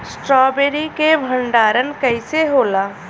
Strawberry के भंडारन कइसे होला?